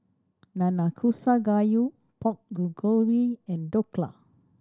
Nanakusa Gayu Pork Bulgogi and Dhokla